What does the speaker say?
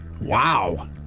Wow